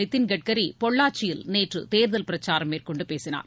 நிதின் கட்கரி பொள்ளாச்சியில் நேற்று தேர்தல் பிரச்சாரம் மேற்கொண்டு பேசினார்